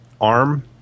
ARM